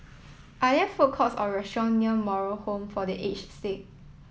are there food courts or restaurant near Moral Home for The Aged Sick